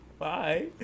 Bye